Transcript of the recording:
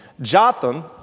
Jotham